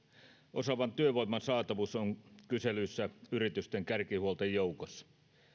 osaavan työvoiman saatavuus on kyselyissä yritysten kärkihuolten joukossa